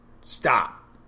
stop